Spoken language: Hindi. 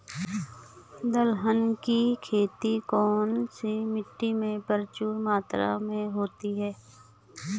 दलहन की खेती कौन सी मिट्टी में प्रचुर मात्रा में होती है?